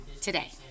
today